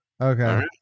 okay